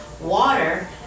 Water